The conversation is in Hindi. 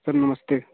सर नमस्ते